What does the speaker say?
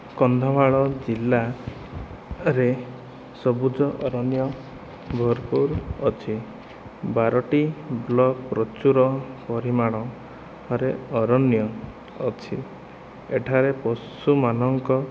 କନ୍ଧମାଳ ଜିଲ୍ଲାରେ ସବୁଜ ଅରଣ୍ୟ ଭରପୁର ଅଛି ବାରଟି ବ୍ଲକ୍ ପ୍ରଚୁର ପରିମାଣରେ ଅରଣ୍ୟ ଅଛି ଏଠାରେ ପଶୁମାନଙ୍କ